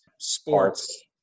Sports